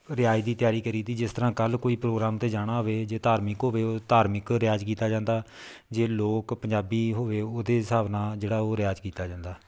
ਰਿਆਜ਼ ਦੀ ਤਿਆਰੀ ਕਰੀ ਦੀ ਜਿਸ ਤਰ੍ਹਾਂ ਕੱਲ੍ਹ ਕੋਈ ਪ੍ਰੋਗਰਾਮ 'ਤੇ ਜਾਣਾ ਹੋਵੇ ਜੇ ਧਾਰਮਿਕ ਹੋਵੇ ਉਹ ਧਾਰਮਿਕ ਰਿਆਜ਼ ਕੀਤਾ ਜਾਂਦਾ ਜੇ ਲੋਕ ਪੰਜਾਬੀ ਹੋਵੇ ਉਹਦੇ ਹਿਸਾਬ ਨਾਲ ਜਿਹੜਾ ਉਹ ਰਿਆਜ਼ ਕੀਤਾ ਜਾਂਦਾ